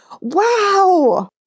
Wow